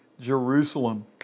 Jerusalem